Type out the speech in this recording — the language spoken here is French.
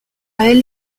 elle